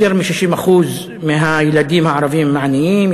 יותר מ-60% מהילדים הערבים הם עניים,